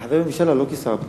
כחבר ממשלה ולא כשר הפנים.